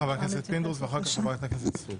חבר הכנסת פינדרוס, ואחר-כך חברת הכנסת סטרוק.